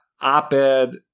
op-ed